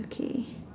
okay